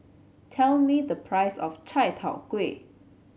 tell me the price of Chai Tow Kway